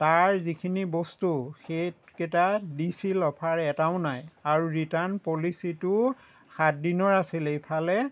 তাৰ যিখিনি বস্তু সেইকেইটা দিছিল অফাৰ এটাও নাই আৰু ৰিটাৰ্ণ পলিছিটোও সাত দিনৰ আছিলে ইফালে